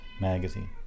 Magazine